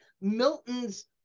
Milton's